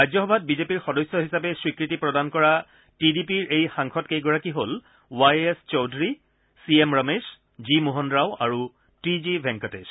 ৰাজ্যসভাত বিজেপিৰ সদস্য হিচাপে স্বীকৃতি প্ৰদান কৰা টি ডি পিৰ এই সাংসদকেইগৰাকী হল Y S Chowdary C M Ramesh G Mohan Rao আৰু টি জি ভেংকটেশ